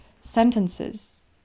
sentences